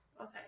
okay